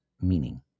Meaning